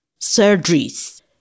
surgeries